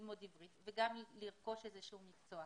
ללמוד עברית וגם לרכוש איזה שהוא מקצוע.